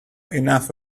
enough